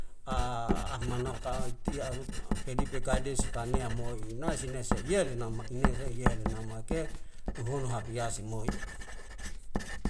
A ahmana kaitia'am pedi pekade sitaneam moi inai sinase ye'nama ine si iyele namake uhono hapiase moi